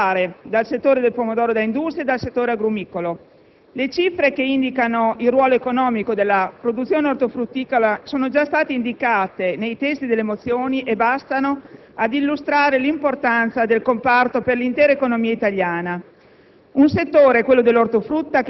preoccupazioni che giungono in particolare dal settore del pomodoro da industria e dal settore agrumicolo. Le cifre che indicano il ruolo economico della produzione ortofrutticola sono già state indicate nei testi delle mozioni e bastano ad illustrare l'importanza del comparto per l'intera economia italiana.